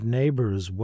neighbors